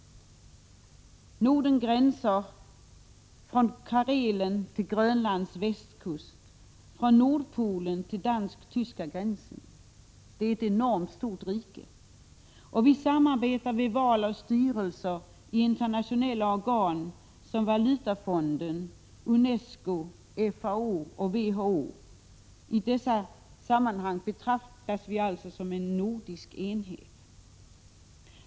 Nordens gränser går från Karelen till Grönlands västkust, från nordpolen till dansk-tyska gränsen. Det är ett enormt stort rike. Vi samarbetar vid val av styrelser i internationella organ som Valutafonden, UNESCO, FAO och WHO. I dessa sammanhang betraktas vi alltså som en nordisk enhet.